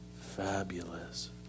Fabulous